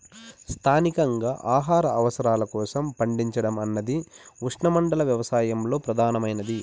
స్థానికంగా ఆహార అవసరాల కోసం పండించడం అన్నది ఉష్ణమండల వ్యవసాయంలో ప్రధానమైనది